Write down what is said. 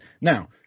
Now